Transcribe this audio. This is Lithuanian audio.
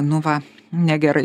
nu va negerai